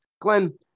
Glenn